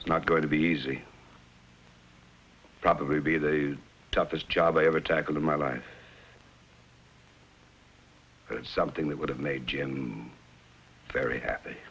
it's not going to be easy probably be the toughest job i ever tackled in my life it's something that would have made jim very happy